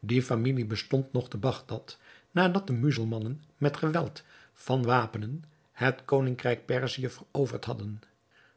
die familie bestond nog te bagdad nadat de muzelmannen met geweld van wapenen het koningrijk perzië veroverd hadden